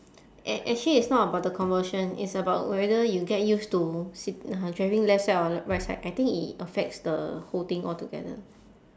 ac~ actually it's not about the conversion it's about whether you get used to sit~ uh driving left side or right side I think it affects the whole thing altogether